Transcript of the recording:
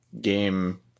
game